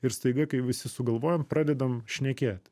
ir staiga kai jau visi sugalvojam pradedam šnekėt